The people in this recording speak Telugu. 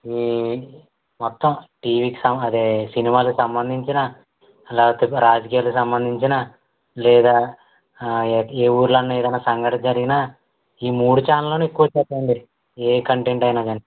ఈ మొత్తం టీవీ సం అదే సినిమాలకి సంబంధించిన లేకపోతే రాజకీయాలకి సంబంధించిన లేదా ఏ ఏ ఊళ్ళో అన్నా ఏదన్నా సంఘట జరిగినా ఈ మూడు ఛానల్లోనే ఎక్కువొచ్చేస్తుందండి ఏ కంటెంట్ అయినా కానీ